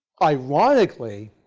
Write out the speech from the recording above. ironically,